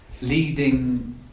leading